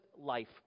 life